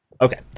okay